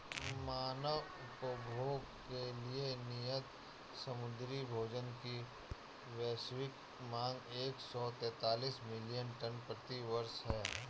मानव उपभोग के लिए नियत समुद्री भोजन की वैश्विक मांग एक सौ तैंतालीस मिलियन टन प्रति वर्ष है